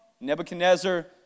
Nebuchadnezzar